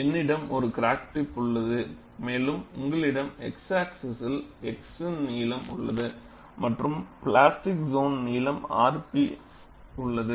என்னிடம் ஒரு crack tip உள்ளது மேலும் உங்களிடம் x ஆக்ஸிஸ் xயின் நீளம் உள்ளது மற்றும் பிளாஸ்டிக் சோனின் நீளம் rp உள்ளது